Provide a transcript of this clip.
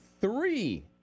three